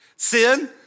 sin